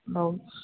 औ